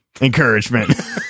encouragement